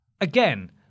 again